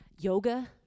yoga